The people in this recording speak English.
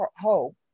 hope